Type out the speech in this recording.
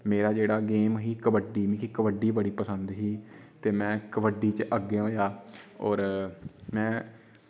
मेरा जेह्ड़ा गेम ही कबड्डी मिगी कबड्डी बड़ी पसंद ही ते में कबड्डी च अग्गे होएआ होर में